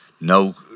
no